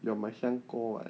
you are my 香锅 [what]